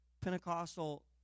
Pentecostal